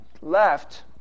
left